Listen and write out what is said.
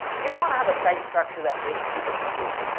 you don't want to have a site structure that makes people confused.